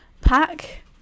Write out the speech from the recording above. pack